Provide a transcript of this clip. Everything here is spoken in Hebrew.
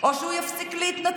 או שהוא יפסיק להתנצל.